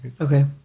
Okay